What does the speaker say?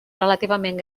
relativament